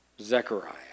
Zechariah